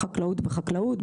חקלאות בחקלאות,